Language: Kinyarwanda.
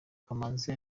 kamanzi